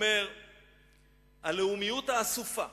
"הלאומיות האסופה